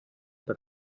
per